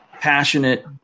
passionate